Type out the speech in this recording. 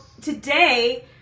today